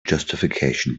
justification